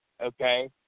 okay